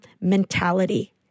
mentality